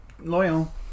Loyal